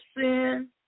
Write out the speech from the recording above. sin